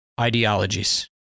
ideologies